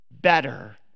better